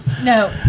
No